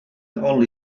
only